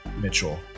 Mitchell